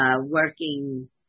working